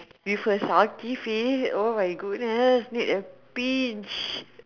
with her sulky face oh my goodness need a pinch